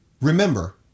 Remember